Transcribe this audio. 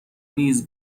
نیز